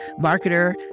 marketer